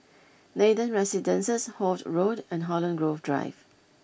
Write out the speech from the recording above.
Nathan Residences Holt Road and Holland Grove Drive